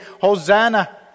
Hosanna